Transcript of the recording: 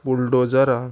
बुल्डोजरां